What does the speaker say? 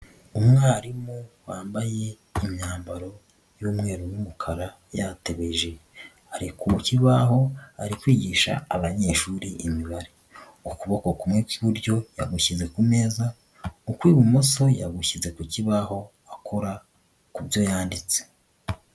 Umwarimu wambaye imyambaro y'umweru n'umukara yatebeje, ari ku kibaho ari kwigisha abanyeshuri Imibare, ukuboko kumwe kw'iburyo yamushyize ku meza ukw'ibumoso yagushyize ku kibaho akora ku byo yanditse.